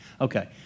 Okay